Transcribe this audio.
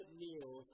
meal